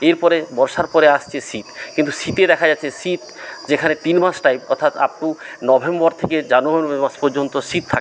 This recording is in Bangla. এরপরে বর্ষার পরে আসছে শীত কিন্তু শীতে দেখা যাচ্ছে শীত যেখানে তিন মাস টাইম অর্থাৎ আপ টু নভেম্বর থেকে জানুয়ারি মাস পর্যন্ত শীত থাকে